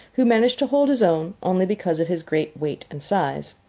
who managed to hold his own only because of his great weight and size.